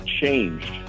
changed